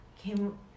came